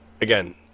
again